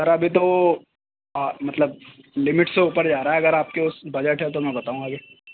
سر ابھی تو مطلب لیمٹ سے اوپر جا رہا ہے اگر آپ کے اس بجٹ ہے تو میں بتاؤں آگے